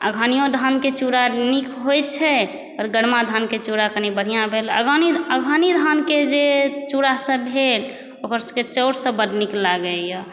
अगहनिओ धानके चूड़ा नीक होइ छै पर गरमा धानके चूड़ा कनि बढ़िआँ भेल अगहनी धानके जे चूड़ासब भेल ओकर सबके चाउरसभ बड नीक लागैए